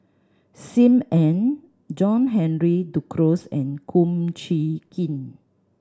Sim Ann John Henry Duclos and Kum Chee Kin